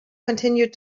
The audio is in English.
continued